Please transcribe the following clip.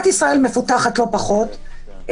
ישראל מפותחת לא פחות,